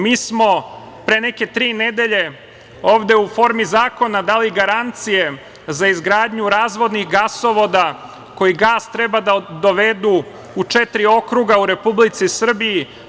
Mi smo pre neke tri nedelje ovde u formi zakona dali garancije za izgradnju razvodnih gasovoda koji gas treba da dovedu u četiri okruga, u Republici Srbiji.